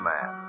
Man